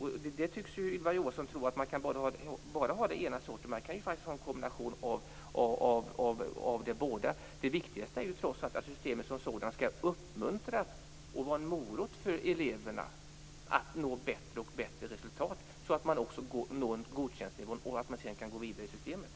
Ylva Johansson tycks tro att man bara kan ha det ena, men man kan faktiskt ha en kombination av båda. Det viktigaste är trots allt att systemet uppmuntrar och är en morot för eleverna att nå bättre och bättre resultat, så att de når godkäntnivån och sedan kan gå vidare i systemet.